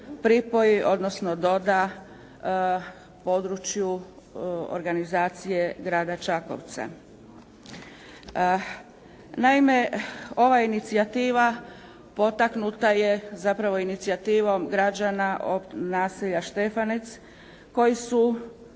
odnosno doda području organizacije Grada Čakovca. Naime, ova inicijativa potaknuta je zapravo inicijativom građana naselja Štefanec koji su